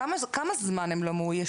כמה זמן הם לא מאוישים?